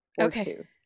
Okay